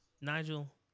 Nigel